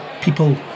people